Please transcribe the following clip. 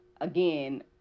again